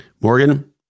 Morgan